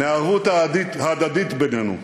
מהערבות ההדדית בינינו,